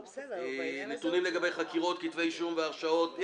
נתונים לגבי חקירות, כתבי אישום והרשעות.